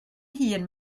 hun